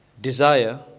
desire